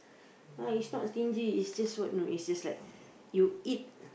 ah is not stingy is just what you know is just like you eat